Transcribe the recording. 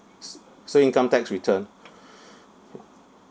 s~ so income tax return